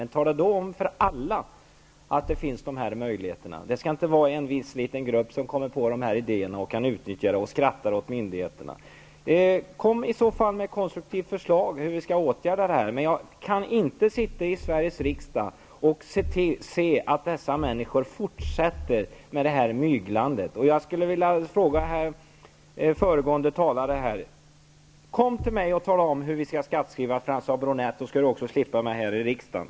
Men tala då om för alla att dessa möjligheter finns! Det skall inte vara en viss liten grupp som kommer på de här idéerna och utnyttjar dem och skrattar åt myndigheterna. Kom med ett konstruktivt förslag till hur vi skall åtgärda det här! Jag kan inte sitta i Sveriges riksdag och se hur människor fortsätter med det här myglet. Jag skulle vilja uppmana föregående talare att komma till mig och tala om hur vi skall skattskriva François Bronett. Går det att ordna den saken, så skall ni slippa mig här i riksdagen.